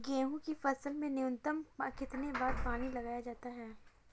गेहूँ की फसल में न्यूनतम कितने बार पानी लगाया जाता है?